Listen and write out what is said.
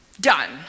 done